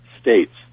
states